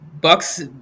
Bucks